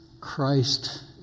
Christ